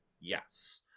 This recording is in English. Yes